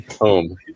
home